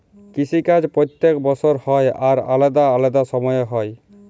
কিসি কাজ প্যত্তেক বসর হ্যয় আর আলেদা আলেদা সময়ে হ্যয়